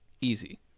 Easy